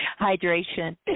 hydration